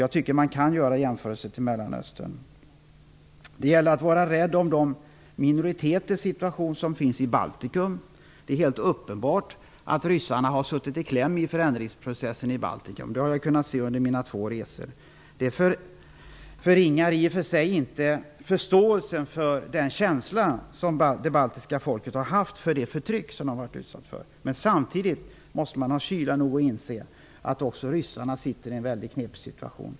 Jag tycker att man kan göra jämförelser med utvecklingen i Det gäller att beakta situationen för de minoriteter som finns i Baltikum. Det är uppenbart att ryssarna har kommit i kläm i förändringsprocessen i Baltikum. Det har jag kunnat se under mina två resor. Det förringar i och för sig inte förståelsen för den känsla som det baltiska folket har haft inför det förtryck som det har varit utsatt för. Samtidigt måste man ha kyla nog att inse att även ryssarna sitter i en mycket knepig situation.